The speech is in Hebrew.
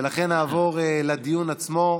ולכן נעבור לדיון עצמו.